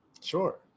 Sure